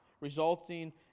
resulting